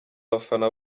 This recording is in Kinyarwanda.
abafana